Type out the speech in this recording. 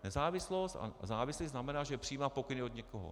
Nezávislost a závislost znamená, že přijímá pokyny od někoho.